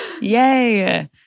Yay